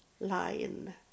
line